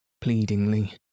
pleadingly